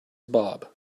bob